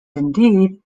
indeed